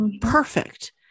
perfect